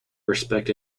respect